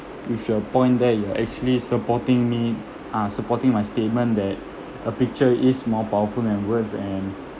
with your point there you're actually supporting me uh supporting my statement that a picture is more powerful than words and